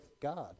God